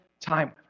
time